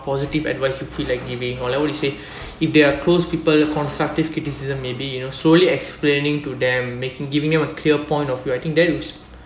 positive advice you feel like giving whatever he say if they are close people constructive criticism maybe you know slowly explaining to them making giving them a clear point of view I think that was